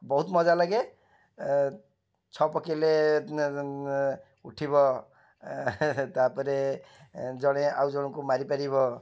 ବହୁତ ମଜା ଲାଗେ ଛଅ ପକାଇଲେ ଉଠିବ ତା'ପରେ ଜଣେ ଆଉ ଜଣଙ୍କୁ ମାରିପାରିବ